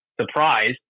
surprised